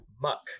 Muck